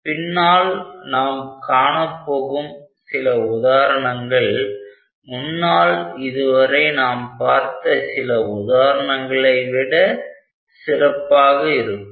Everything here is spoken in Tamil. பின்னால் நாம் காணப்போகும் சில உதாரணங்கள் முன்னால் இதுவரை நாம் பார்த்த சில உதாரணங்களை விட சிறப்பாக இருக்கும்